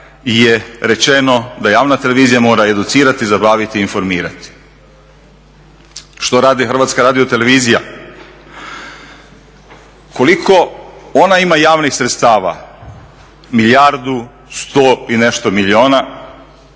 je rečeno da javna televizija mora educirati, zabaviti, informirati. Što radi HRT? Koliko ona ima javnih sredstava? Milijardu, 100 i nešto milijuna